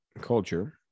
culture